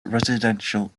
residential